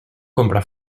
compra